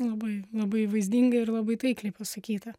labai labai vaizdingai ir labai taikliai pasakyta